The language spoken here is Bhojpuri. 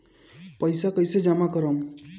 पैसा कईसे जामा करम?